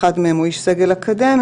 שאחד מהם הוא איש סגל אקדמי,